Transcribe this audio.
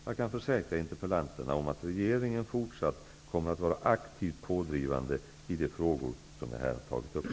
Jag kan försäkra interpellanterna om att regeringen fortsatt kommer att vara aktivt pådrivande i de frågor som jag här har tagit upp.